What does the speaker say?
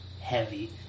heavy